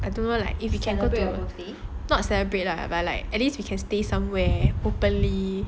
I don't know like if you can go to not celebrate lah but like at least we can stay somewhere openly